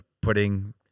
putting